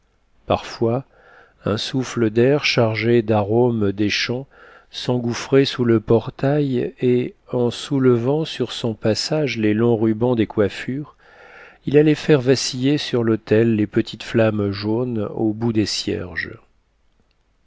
parfois un souffle d'air chargé d'aromes des champs s'engouffrait sous le portail et en soulevant sur son passage les longs rubans des coiffures il allait faire vaciller sur l'autel les petites flammes jaunes au bout des cierges